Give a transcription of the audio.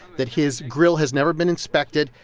that his grill has never been inspected,